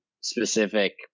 specific